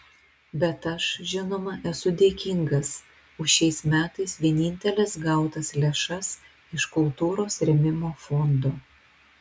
bet aš žinoma esu dėkingas už šiais metais vieninteles gautas lėšas iš kultūros rėmimo fondo